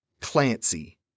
Clancy